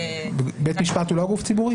בית משפט הוא לא גוף ציבורי